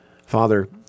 Father